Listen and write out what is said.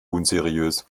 unseriös